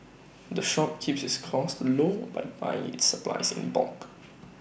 the shop keeps its costs low by buying its supplies in bulk